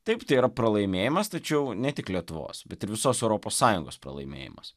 taip tai yra pralaimėjimas tačiau ne tik lietuvos bet ir visos europos sąjungos pralaimėjimas